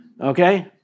Okay